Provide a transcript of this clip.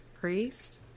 priest